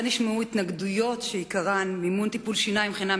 מייד נשמעו התנגדויות שעיקרן: מימון טיפול שיניים חינם